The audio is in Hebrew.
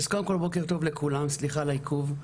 קודם כל בוקר טוב לכולם, סליחה על העיכוב.